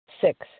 Six